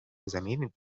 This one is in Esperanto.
ekzameni